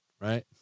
right